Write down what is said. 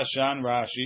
Rashi